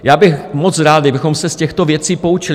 Já bych byl moc rád, kdybychom se z těchto věcí poučili.